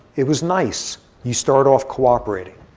it was nice. you start off cooperating.